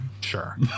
Sure